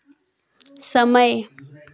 समय